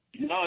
No